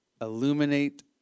illuminate